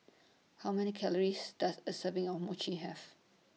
How Many Calories Does A Serving of Mochi Have